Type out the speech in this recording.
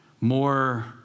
more